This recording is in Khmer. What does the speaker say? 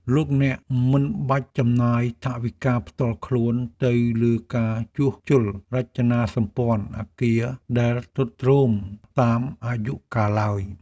លោកអ្នកមិនបាច់ចំណាយថវិកាផ្ទាល់ខ្លួនទៅលើការជួសជុលរចនាសម្ព័ន្ធអគារដែលទ្រុឌទ្រោមតាមអាយុកាលឡើយ។